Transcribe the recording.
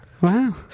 Wow